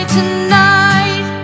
Tonight